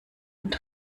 und